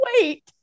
wait